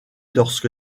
lorsque